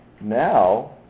Now